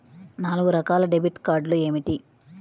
నాలుగు రకాల డెబిట్ కార్డులు ఏమిటి?